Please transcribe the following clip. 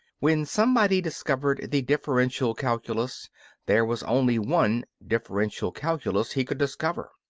when somebody discovered the differential calculus there was only one differential calculus he could discover.